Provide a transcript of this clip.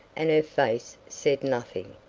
and her face said nothing.